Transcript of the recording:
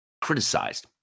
criticized